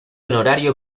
honorario